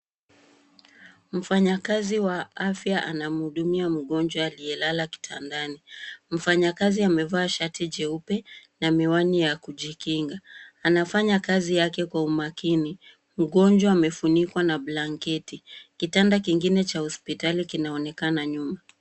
Mfanyakazi wa afya anamhudumia mgonjwa aliye lala kitandani. Mfanyakazi amevaa shati jeupe na miwani ya kujikinga. Anafanya kazi yake kwa umakini. Mgonjwa amefunikwa na blanketi. Kitanda kingine cha hospitali kinaonekana nyuma.